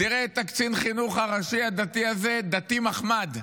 תראה את קצין החינוך הראשי הדתי הזה, דתי מחמד,